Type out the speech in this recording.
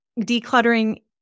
decluttering